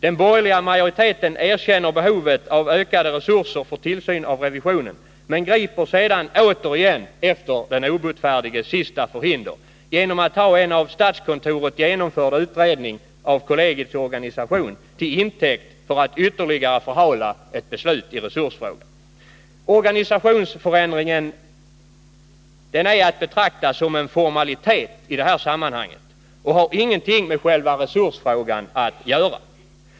Den borgerliga majoriteten erkänner behovet av ökade resurser för tillsyn av revisionen, men det är återigen fråga om den obotfärdiges förhinder när man tar en av statskontoret genomförd utredning av kollegiets organisation till intäkt för att ytterligare förhala ett beslut i resursfrågan. Organisationsförändringen är att betrakta som en formalitet i det här sammanhanget och har ingenting med själva resursfrågan att göra.